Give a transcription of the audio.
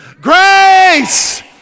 Grace